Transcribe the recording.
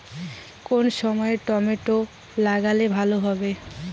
কোন সময় টমেটো লাগালে ভালো হবে?